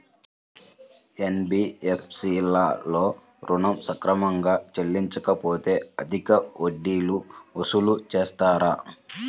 NBFC లలో ఋణం సక్రమంగా చెల్లించలేకపోతె అధిక వడ్డీలు వసూలు చేస్తారా?